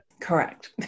Correct